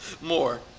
more